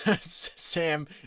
Sam